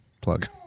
plug